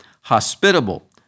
Hospitable